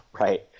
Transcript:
Right